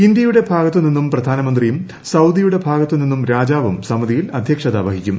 ഇന്ത്യയുടെ ഭാഗത്ത് നിന്ന് പ്രധാനമന്ത്രിയും സൌദിയുടെ ഭാഗത്ത് നിന്ന് രാജാവും സമിതിയിൽ അധ്യക്ഷത വഹിക്കും